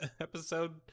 episode